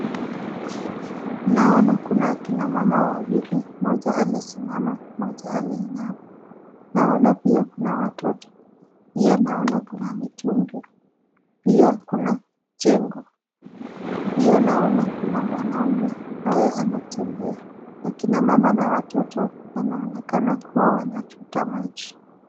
Naona kuna akina mama wawili, mmoja amesimama, mmoja ameinama, naona pia kuna watoto, pia naona kuna mitungi, pia kuna, jengo, pia naona kuna mwanaume, ambaye anatembea, akina mama na watoto, wanaonekana kuwa wanachota maji.